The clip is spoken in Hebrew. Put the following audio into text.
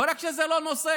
לא רק שזה לא נושא,